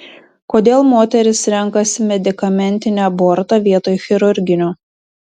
kodėl moterys renkasi medikamentinį abortą vietoj chirurginio